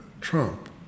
Trump